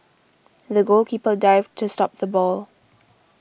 the goalkeeper dived to stop the ball